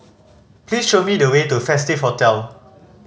please show me the way to Festive Hotel